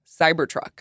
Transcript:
Cybertruck